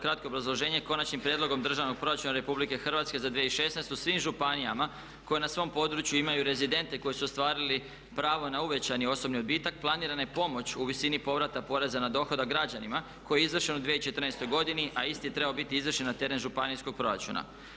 Kratko obrazloženje, konačnim prijedlogom Državnog proračuna Republike Hrvatske za 2016. svim županijama koje na svom području imaju rezidente koji su ostvarili pravo na uvećani osobni odbitak planirana je pomoć u visini povrata poreza na dohodak građanima koji je izašao u 2014. godini, a isti je trebao biti izvršen na teret županijskog proračuna.